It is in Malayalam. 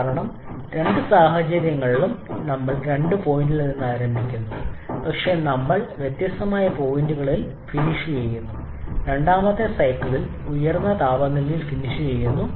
കാരണം രണ്ട് സാഹചര്യങ്ങളിലും ഞങ്ങൾ പോയിന്റ് 2 ൽ നിന്ന് ആരംഭിക്കുന്നു പക്ഷേ നമ്മൾ വ്യത്യസ്ത പോയിന്റുകളിൽ ഫിനിഷ് ചെയ്യുന്നു രണ്ടാമത്തെ സൈക്കിൾ ഉയർന്ന താപനിലയിൽ ഫിനിഷ് ചെയ്യുന്നു